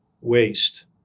waste